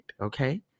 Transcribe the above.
Okay